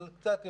אבל קצת יותר,